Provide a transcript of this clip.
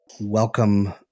Welcome